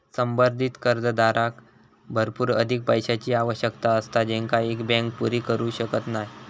संवर्धित कर्जदाराक भरपूर अधिक पैशाची आवश्यकता असता जेंका एक बँक पुरी करू शकत नाय